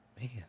man